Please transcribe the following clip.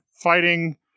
fighting